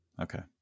Okay